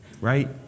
right